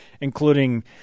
including